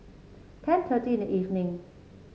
ten thirty in the evening